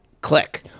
Click